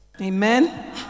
Amen